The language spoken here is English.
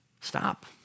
stop